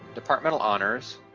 departmental honors,